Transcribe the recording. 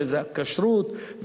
שזה הכשרות,